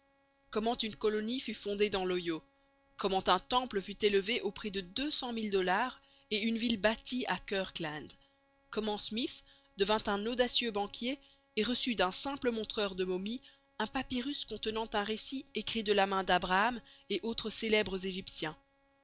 comment une colonie fut fondée dans l'ohio comment un temple fut élevé au prix de deux cent mille dollars et une ville bâtie à kirkland comment smyth devint un audacieux banquier et reçut d'un simple montreur de momies un papyrus contenant un récit écrit de la main d'abraham et autres célèbres égyptiens